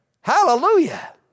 Hallelujah